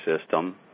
system